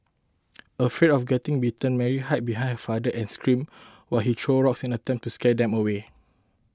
afraid of getting bitten Mary hid behind her father and screamed while he threw rocks in an attempt to scare them away